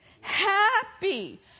Happy